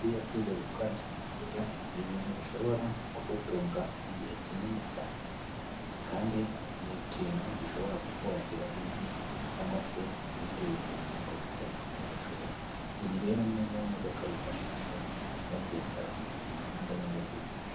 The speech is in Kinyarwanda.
Buriya kwiga gutwara ikinyabiziga ni ibintu bishobora kugutunga igihe kinini cyane, kandi ni ikintu gishobora kukubakira izina cyangwa se ibindi bintu runaka ufitemo ubushobozi, iyi rero ni imwe mu modoka bifashisha bagenda mu muhanda nyine bakwigisha.